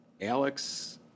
Alex